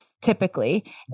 typically